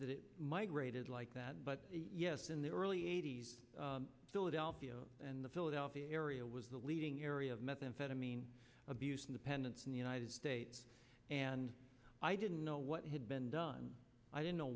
that it might rated like that but yes in the early eighty's philadelphia and the philadelphia area was the leading area of methamphetamine abuse independence in the united states and i didn't know what had been done i don't know